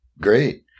Great